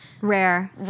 rare